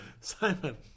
Simon